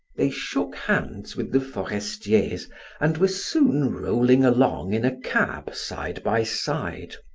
they shook hands with the forestiers and were soon rolling along in a cab side by side.